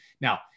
now